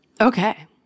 Okay